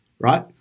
right